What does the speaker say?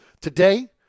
Today